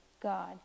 God